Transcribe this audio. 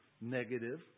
negative